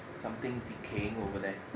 something decaying over there